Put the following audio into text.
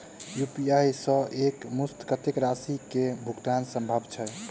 UPI सऽ एक मुस्त कत्तेक राशि कऽ भुगतान सम्भव छई?